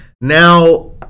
Now